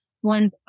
one